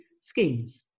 schemes